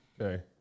Okay